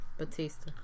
Batista